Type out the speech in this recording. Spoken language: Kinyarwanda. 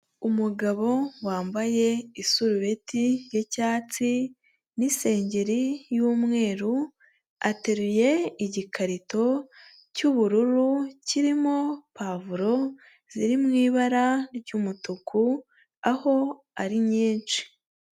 Umugabo wambaye isurubeti y'icyatsi n'isengeri y'umweru, ateruye igikarito cy'ubururu kirimo pavuro ziri mu ibara ry'umutuku, aho ari nyinshi.